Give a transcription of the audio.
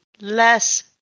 less